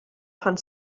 pan